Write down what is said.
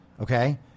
Okay